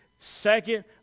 second